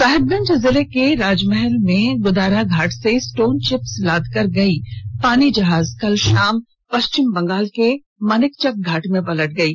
साहिबगंज जिले के राजमहल के गुदारा घाट से स्टोन चिप्स लादकर गई पानी जहाज कल शाम पश्चिम बंगाल के मानिकचक घाट में पलट गयी